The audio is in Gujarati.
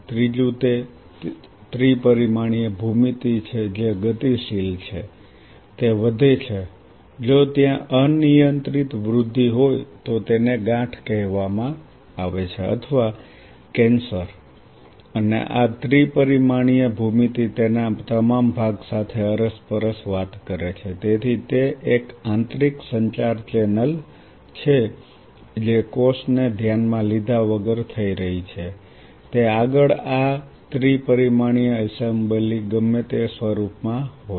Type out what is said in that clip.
ત્રીજું તે ત્રિ પરિમાણીય ભૂમિતિ છે જે ગતિશીલ છે તે વધે છે જો ત્યાં અનિયંત્રિત વૃદ્ધિ હોય તો તેને ગાંઠ કહેવામાં આવે છે અથવા કેન્સર અને આ ત્રિ પરિમાણીય ભૂમિતિ તેના તમામ ભાગ સાથે અરસપરસ વાત કરે છે તેથી તે એક આંતરિક સંચાર ચેનલ છે જે કોષને ધ્યાનમાં લીધા વગર થઈ રહી છે તે આગળ આ ત્રિ પરિમાણીય એસેમ્બલી ગમે તે સ્વરૂપે માં હોય